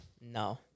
No